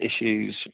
issues